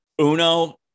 Uno